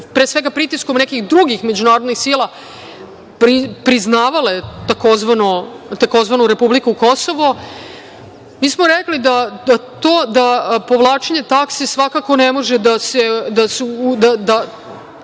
pre svega, pritiskom nekih drugih međunarodnih sila priznavale tzv. Republiku Kosovo. Mi smo rekli da povlačenje takse svakako ne može. Te